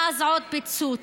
ואז עוד פיצוץ.